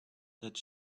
that